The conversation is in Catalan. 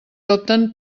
opten